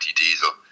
diesel